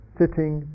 sitting